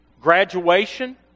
Graduation